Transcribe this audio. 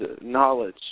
knowledge